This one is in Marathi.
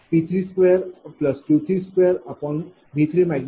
96579आहे